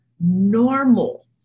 normal